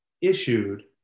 issued